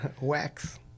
wax